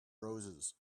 roses